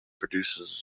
produces